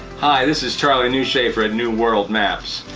hi this is charlie neuschafer at new world maps.